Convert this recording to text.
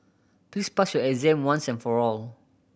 please pass your exam once and for all